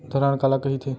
धरण काला कहिथे?